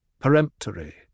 peremptory